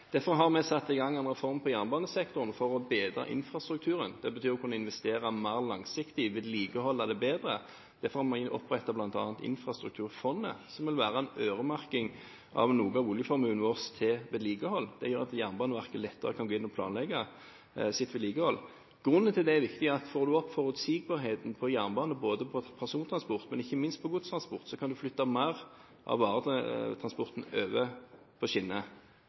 Derfor har vi satt i gang en reform i jernbanesektoren for å bedre infrastrukturen. Det betyr å kunne investere mer langsiktig og vedlikeholde bedre. Derfor har vi opprettet bl.a. infrastrukturfondet, som vil være en øremerking av noe av oljeformuen vår til vedlikehold. Det gjør at Jernbaneverket lettere kan planlegge sitt vedlikehold. Grunnen til at det er viktig, er at får en opp forutsigbarheten på jernbane – på persontransport, men ikke minst på godstransport – kan en flytte mer av varetransporten over på